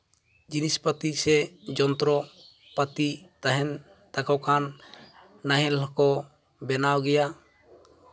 ᱡᱤᱱᱤᱥᱯᱟᱹᱛᱤ ᱥᱮ ᱡᱚᱱᱛᱨᱚ ᱯᱟᱹᱛᱤ ᱛᱟᱦᱮᱱ ᱛᱟᱠᱚ ᱠᱷᱟᱱ ᱱᱟᱦᱮᱞ ᱦᱚᱸᱠᱚ ᱵᱮᱱᱟᱣ ᱜᱮᱭᱟ